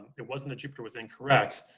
it wasn't that jupiter was incorrect,